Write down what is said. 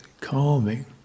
Calming